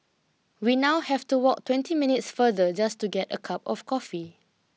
we now have to walk twenty minutes farther just to get a cup of coffee